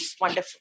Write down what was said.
wonderful